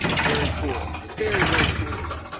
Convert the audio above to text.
very cool so very, very cool stuff.